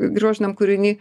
grožiniam kūriny